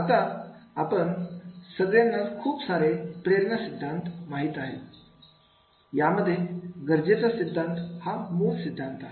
आता आपण सगळ्यांना खूप सारे प्रेरणा सिद्धांत माहिती आहेतच यामध्ये गरजेचा सिद्धांत हा मूळ सिद्धांत आहे